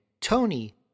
tony